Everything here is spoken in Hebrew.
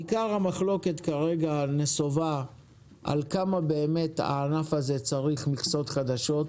עיקר המחלוקת כרגע נסוב על כמה באמת הענף הזה צריך מכסות חדשות,